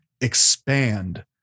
expand